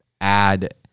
add